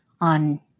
on